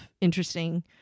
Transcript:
interesting